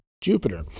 Jupiter